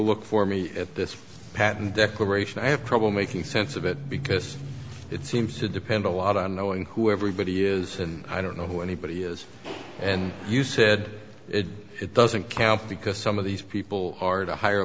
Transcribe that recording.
look for me at this patent declaration i have trouble making sense of it because it seems to depend a lot on knowing who everybody is and i don't know who anybody is and you said it doesn't count because some of these people are at a higher